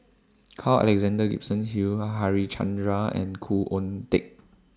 Carl Alexander Gibson Hill Harichandra and Khoo Oon Teik